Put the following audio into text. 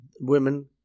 women